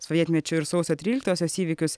sovietmečiu ir sausio tryliktosios įvykius